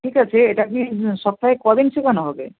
ঠিক আছে এটা কি সপ্তাহে কদিন শেখানো হবে